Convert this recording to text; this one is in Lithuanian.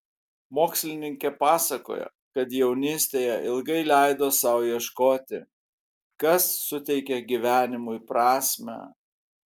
mokslininkė pasakoja kad jaunystėje ilgai leido sau ieškoti kas suteikia gyvenimui prasmę